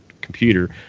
computer